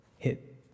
Hit